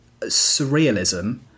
surrealism